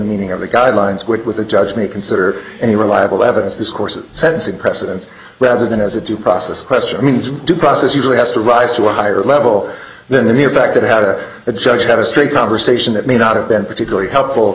meaning of the guidelines which with a judge may consider any reliable evidence this course of sentencing precedence whether than as a due process question means due process usually has to rise to a higher level than the mere fact that had a judge had a straight conversation that may not have been particularly helpful